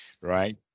right